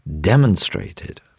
demonstrated